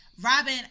Robin